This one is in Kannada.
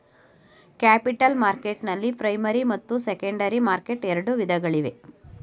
ಕ್ಯಾಪಿಟಲ್ ಮಾರ್ಕೆಟ್ನಲ್ಲಿ ಪ್ರೈಮರಿ ಮತ್ತು ಸೆಕೆಂಡರಿ ಮಾರ್ಕೆಟ್ ಎರಡು ವಿಧಗಳಿವೆ